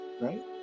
right